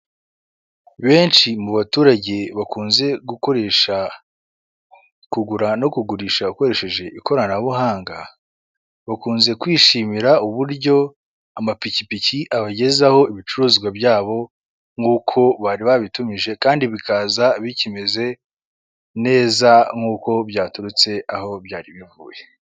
Benshi mu baturage bakunze gukoresha kugura no kugurisha ukoresheje ikoranabuhanga, bakunze kwishimira uburyo amapikipiki abagezaho ibicuruzwa byabo nk'uko bari babitumije, kandi bikaza bikimeze neza nkuko byaturutse aho byari bivuye.